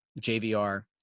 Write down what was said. JVR